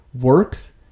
works